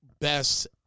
best